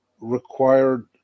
required